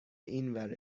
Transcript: اینور